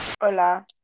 Hola